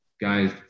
guys